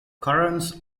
currents